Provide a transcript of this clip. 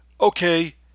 okay